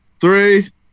Three